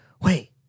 Wait